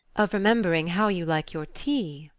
of remembering how you like your tea.